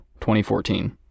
2014